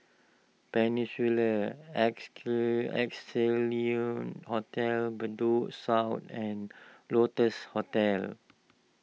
Peninsula Hotel Bedok South and Lotus Hotel